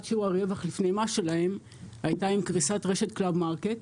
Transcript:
שיעור הרווח לפני מס שלהם הייתה עם קריסת רשת קלאבמרקט.